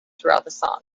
throughout